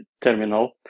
terminal